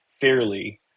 fairly